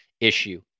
issue